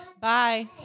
Bye